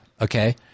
Okay